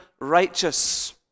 Righteous